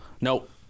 Nope